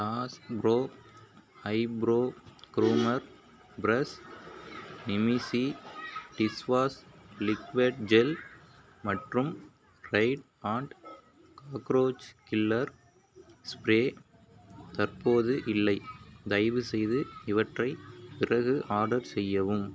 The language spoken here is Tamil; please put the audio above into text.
dash pro eyebrow groomer fresh நிமீஸி டிஷ்வாஷ் லிக்விட் ஜெல் மற்றும் Raid and cockroach killer spray தற்போது இல்லை தயவுசெய்து இவற்றை பிறகு ஆர்டர் செய்யவும்